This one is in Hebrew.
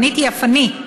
פניתי אף אני,